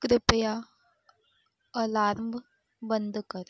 कृपया अलार्म बंद कर